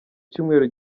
cyumweru